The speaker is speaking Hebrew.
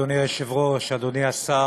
אדוני היושב-ראשץ אדוני השר,